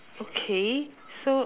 okay so